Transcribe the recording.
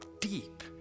deep